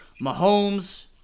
Mahomes